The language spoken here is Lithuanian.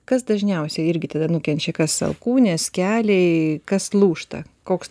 kas dažniausiai irgi tada nukenčia kas alkūnės keliai kas lūžta koks